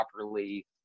properly